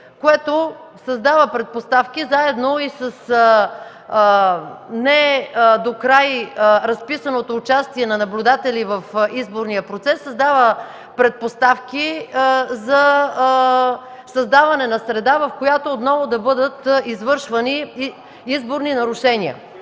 взети предвид, което, заедно с не докрай разписаното участие на наблюдатели в изборния процес, създава предпоставки за създаване на среда, в която отново да бъдат извършвани изборни нарушения.